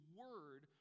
word